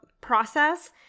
process